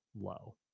low